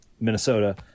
Minnesota